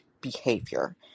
behavior